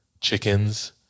chickens